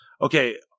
Okay